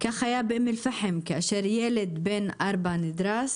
כך היה באום אל פאחם כאשר ילד בן ארבע נדרס